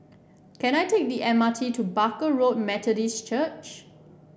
can I take the M R T to Barker Road Methodist Church